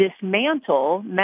dismantle